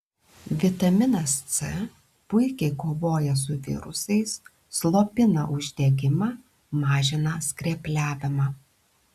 vitaminas c puikiai kovoja su virusais slopina uždegimą mažina skrepliavimą